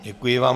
Děkuji vám.